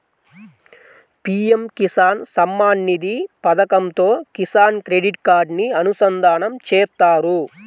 PM Kisan Samman Nidhi పథకంతో Kisan credit కార్డుని అనుసంధానం చేత్తారు